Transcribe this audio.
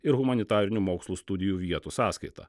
ir humanitarinių mokslų studijų vietų sąskaita